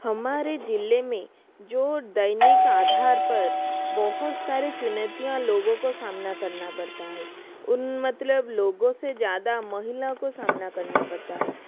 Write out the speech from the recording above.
हमारे जिले में जो दैनिक आधार पर बहुत सारे चुनैतियाँ लोगों को सामना करना पड़ता है उन मतलब लोगों से ज़्यादा महिला को सामना करना पड़ता है